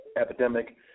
epidemic